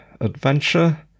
adventure